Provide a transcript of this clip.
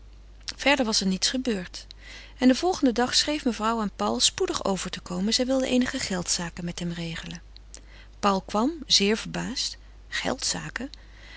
verder was er niets gebeurd en den volgenden dag schreef mevrouw aan paul spoedig over te komen zij wilde eenige geldzaken met hem regelen paul kwam zeer verbaasd